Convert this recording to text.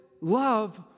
love